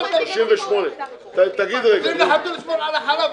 נותנים לחתול לשמור על החלב,